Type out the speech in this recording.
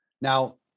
Now